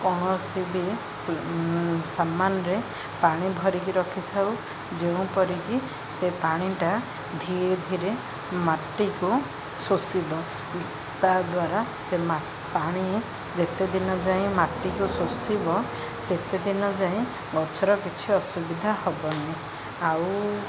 କୌଣସି ବି ସାମାନରେ ପାଣି ଭରିକି ରଖିଥାଉ ଯେଉଁପରିକି ସେ ପାଣିଟା ଧୀରେ ଧୀରେ ମାଟିକୁ ଶୋଷିବ ତାଦ୍ଵାରା ସେ ପାଣି ଯେତେଦିନ ଯାଏଁ ମାଟିକୁ ଶୋଷିବ ସେତେଦିନ ଯାଏଁ ଗଛର କିଛି ଅସୁବିଧା ହେବନି ଆଉ